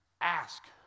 ask